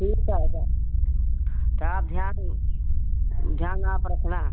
ठीक है तो तो आप ध्यान ध्यान आप रखना